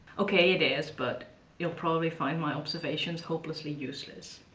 okay, it is, but you'll probably find my observations hopelessly useless.